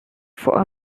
for